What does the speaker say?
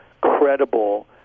credible